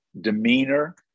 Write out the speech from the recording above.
demeanor